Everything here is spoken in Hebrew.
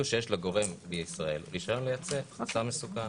שיש לגורם בישראל רישיון לייצא סם מסוכן.